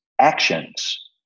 actions